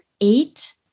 eight